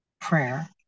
prayer